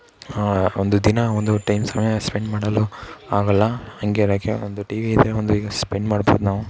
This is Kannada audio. ಹಾಂ ಒಂದು ದಿನ ಒಂದು ಟೈಮ್ ಸಮಯ ಸ್ಪೆಂಡ್ ಮಾಡಲು ಆಗಲ್ಲ ಹಂಗೇನಿಕ್ಕೆ ಒಂದು ಟಿವಿಯಿದ್ದರೆ ಒಂದು ಈಗ ಸ್ಪೆಂಡ್ ಮಾಡ್ಬೋದು ನಾವು